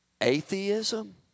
atheism